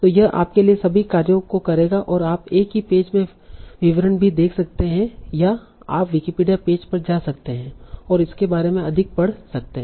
तो यह आपके लिए सभी कार्यों को करेगा और आप एक ही पेज में विवरण भी देख सकते हैं या आप विकिपीडिया पेज पर जा सकते हैं और इसके बारे में अधिक पढ़ सकते हैं